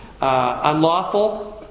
unlawful